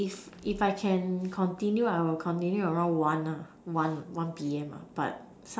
if if I can continue I will continue around one lah one one P_M ah but so~